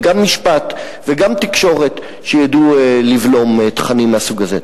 גם משפט וגם תקשורת שידעו לבלום תכנים מהסוג הזה.